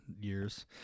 years